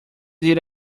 did